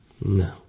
No